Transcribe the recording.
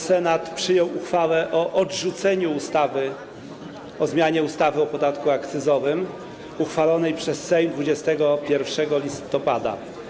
Senat przyjął uchwałę o odrzuceniu ustawy o zmianie ustawy o podatku akcyzowym, uchwalonej przez Sejm 21 listopada.